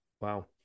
Wow